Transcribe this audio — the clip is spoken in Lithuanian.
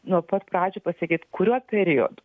nuo pat pradžių pasakyt kuriuo periodu